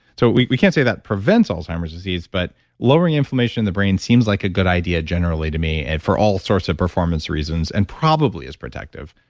so we we can't say that prevents alzheimer's disease, but lowering inflammation in the brain seems like a good idea generally to me, and for all sorts of performance reasons and probably is protective.